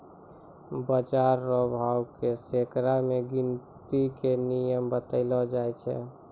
बाजार रो भाव के सैकड़ा मे गिनती के नियम बतैलो जाय छै